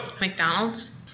McDonald's